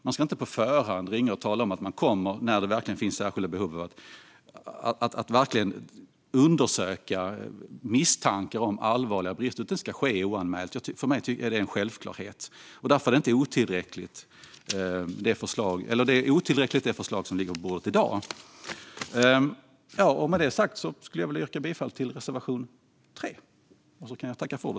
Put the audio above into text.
Man ska inte på förhand ringa och tala om att man ska komma när det finns behov av att undersöka misstankar om allvarliga brister. Det ska ske oanmält. För mig är det en självklarhet. Därför är det förslag som ligger på bordet i dag otillräckligt. Jag yrkar bifall till reservation 3.